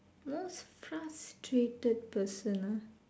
most frustrated person ah